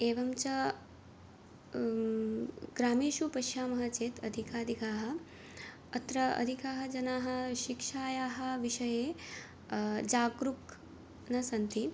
एवं च ग्रामेषु पश्यामः चेत् अधिकाधिकाः अत्र अधिकाः जनाः शिक्षायाः विषये जागृक् न सन्ति